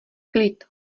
klid